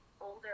older